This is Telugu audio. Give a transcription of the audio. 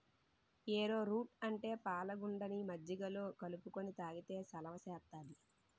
ఏరో రూట్ అంటే పాలగుండని మజ్జిగలో కలుపుకొని తాగితే సలవ సేత్తాది